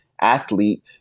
athlete